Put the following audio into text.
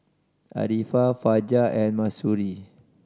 Arifa Fajar and Mahsuri